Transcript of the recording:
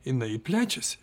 jinai plečiasi